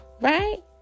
Right